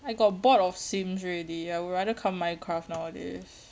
I got bored of sims already I would rather come minecraft nowadays